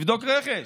תבדוק רכש.